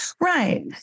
Right